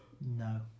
No